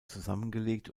zusammengelegt